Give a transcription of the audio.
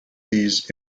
these